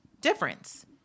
difference